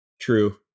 True